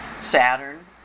Saturn